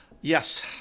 Yes